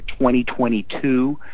2022